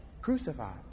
crucified